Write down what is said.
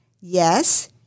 Yes